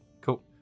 Cool